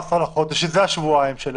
ה-17 בחודש, שזה השבועיים,